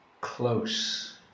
close